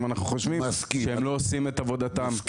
אם אנחנו חושבים שהם לא עושים את עבודתם.